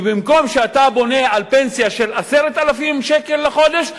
ובמקום שאתה בונה על פנסיה של 10,000 שקל לחודש,